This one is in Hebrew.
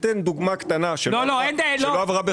אני אתן דוגמה קטנה, שלא עברה בחוק ההסדרים.